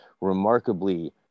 remarkably